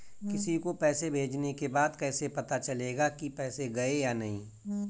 किसी को पैसे भेजने के बाद कैसे पता चलेगा कि पैसे गए या नहीं?